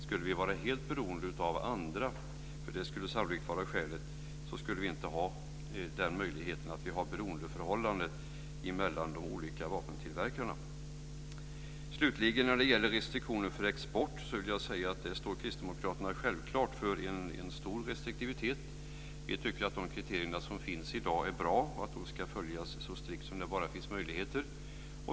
Skulle vi vara helt beroende av andra, skulle vi inte ha den möjligheten att vi har ett beroendeförhållande mellan de olika vapentillverkarna. Slutligen när det gäller restriktioner för export vill jag säga att Kristdemokraterna självklart står för stor restriktivitet. Vi tycker att de kriterier som finns i dag är bra och ska följas så strikt som det bara är möjligt.